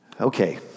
Okay